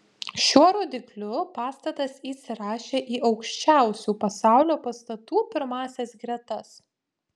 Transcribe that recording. šiuo rodikliu pastatas įsirašė į aukščiausių pasaulio pastatų pirmąsias gretas